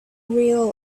real